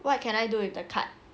what can I do with the card